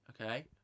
okay